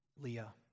Leah